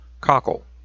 Cockle